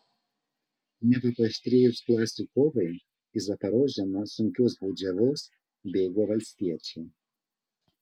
neva paaštrėjus klasių kovai į zaporožę nuo sunkios baudžiavos bėgo valstiečiai